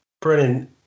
Brennan